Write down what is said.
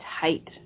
tight